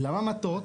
למה מטות?